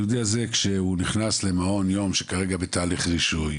היהודי הזה כשהוא נכנס למעון יום שכרגע בהליך רישוי,